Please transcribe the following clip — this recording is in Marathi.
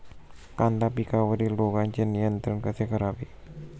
कांदा पिकावरील रोगांचे नियंत्रण कसे करावे?